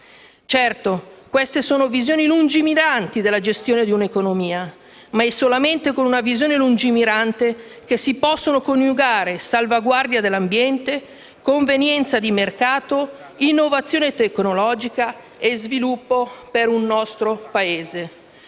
Certo, queste sono visioni lungimiranti della gestione di un'economia, ma è solamente con una visione lungimirante che si possono coniugare salvaguardia dell'ambiente, convenienza di mercato, innovazione tecnologica e sviluppo per il nostro Paese.